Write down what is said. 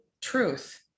truth